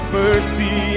mercy